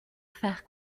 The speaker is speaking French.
faire